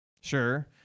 Sure